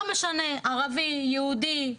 לא משנה, ערבי, יהודי,